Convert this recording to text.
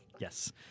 Yes